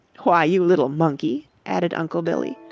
why, you little monkey, added uncle billy,